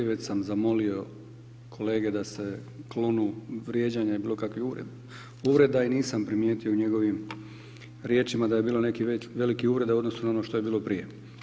Već sam zamolio kolege da se klone vrijeđanja i bilo kakvih uvreda i nisam primijetio o njegovim riječima da je bilo nekih velikih uvreda u odnosu na ono što je bilo prije.